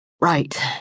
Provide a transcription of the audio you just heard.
Right